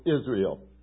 Israel